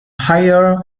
higher